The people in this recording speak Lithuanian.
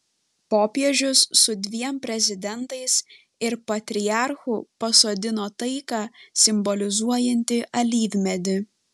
popiežius su dviem prezidentais ir patriarchu pasodino taiką simbolizuojantį alyvmedį